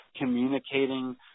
communicating